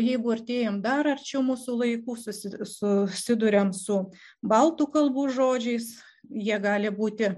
jeigu artėjame dar arčiau mūsų laikų susi susiduriam su baltų kalbų žodžiais jie gali būti